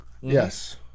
Yes